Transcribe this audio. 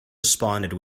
responded